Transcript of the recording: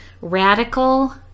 radical